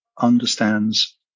understands